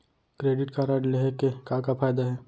Credit card लेहे के का का फायदा हे?